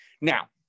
Now